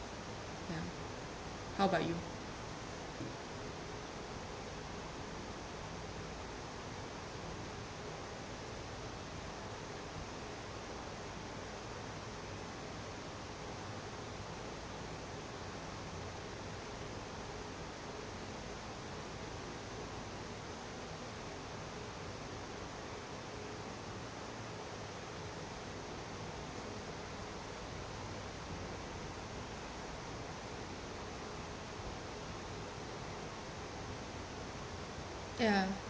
mm how about you ya